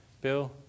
Bill